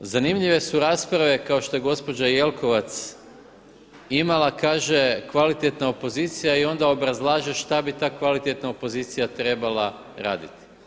Zanimljive su rasprave kao što je gospođa Jelkovac imala, kaže kvalitetna opozicija i onda obrazlaže šta bi ta kvalitetna opozicija trebala raditi.